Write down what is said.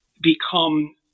become